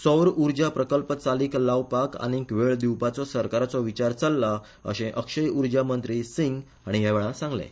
सौर उर्जा प्रकल्प चालीक लावपाक आनीक वेळ दिवपाचो सरकाराचो विचार चल्ला अशें अक्षय उर्जा मंत्री सिंग हाणी ह्या वेळार सांगलें